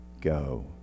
go